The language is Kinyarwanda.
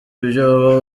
ibyobo